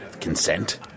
Consent